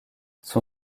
son